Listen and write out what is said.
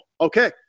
Okay